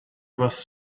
was